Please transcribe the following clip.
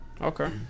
Okay